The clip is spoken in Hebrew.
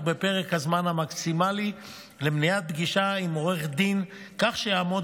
בפרק הזמן המקסימלי למניעת פגישה עם עורך דין כך שיעמוד